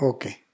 Okay